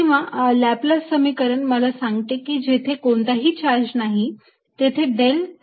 किंवा लाप्लास समीकरण मला सांगते की जिथे कोणताही चार्ज नाही तेथे del square V हे 0 असते